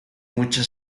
mucha